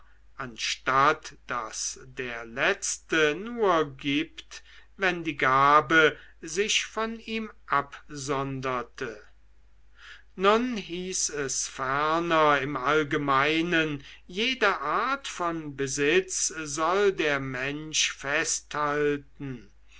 anstatt daß der letzte nur gibt wenn die gabe sich von ihm absonderte nun hieß es ferner im allgemeinen jede art von besitz soll der mensch